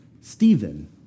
Stephen